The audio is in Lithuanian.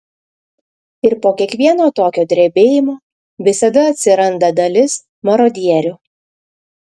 ir po kiekvieno tokio drebėjimo visada atsiranda dalis marodierių